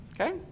Okay